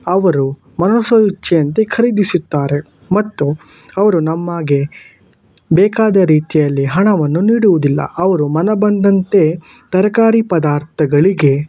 ಅವರು ಮನಸಾ ಇಚ್ಛೆಯಂತೆ ಖರೀದಿಸುತ್ತಾರೆ ಮತ್ತು ಅವರು ನಮ್ಮಗೆ ಬೇಕಾದ ರೀತಿಯಲ್ಲಿ ಹಣವನ್ನು ನೀಡುವುದಿಲ್ಲ ಅವರು ಮನ ಬಂದಂತೆ ತರಕಾರಿ ಪದಾರ್ಥಗಳಿಗೆ